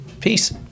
Peace